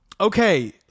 Okay